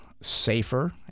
safer